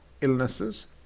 illnesses